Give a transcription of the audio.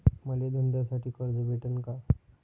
मले धंद्यासाठी कर्ज भेटन का?